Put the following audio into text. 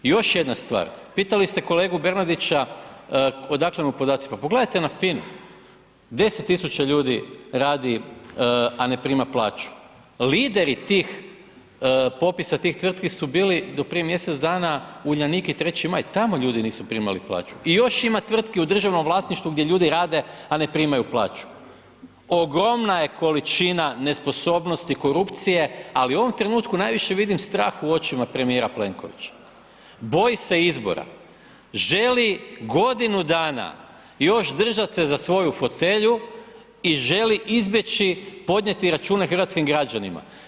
I još jedna stvar, pitali ste kolegu Bernardića odakle mu podaci, pa pogledajte na FINA-u, 10 000 ljudi radi, a ne prima plaću, lideri tih, popisa tih tvrtki su bili do prije mjesec dana Uljanik i 3. Maj, tamo ljudi nisu primali plaću i još ima tvrtki u državnom vlasništvu gdje ljudi rade, a ne primaju plaću, ogromna je količina nesposobnosti i korupcije, ali u ovom trenutku najviše vidim strah u očima premijera Plenkovića boji se izbora, želi godinu dana još držat se za svoju fotelju i želi izbjeći podnijeti račune hrvatskim građanima.